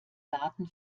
daten